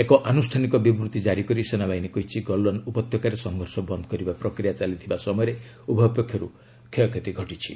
ଏକ ଆନୁଷ୍ଠାନିକ ବିବୃତି ଜାରି କରି ସେନାବାହିନୀ କହିଛି ଗଲୱାନ୍ ଉପତ୍ୟକାରେ ସଂଘର୍ଷ ବନ୍ଦ କରିବା ପ୍ରକ୍ରିୟା ଚାଲିଥିବା ସମୟରେ ଉଭୟ ପକ୍ଷରୁ କ୍ଷୟକ୍ଷତି ଘଟିଛି